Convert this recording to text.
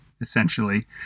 essentially